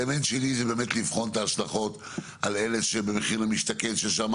אלמנט שני זה באמת לבחון את ההשלכות על אלה במחיר למשתכן ששם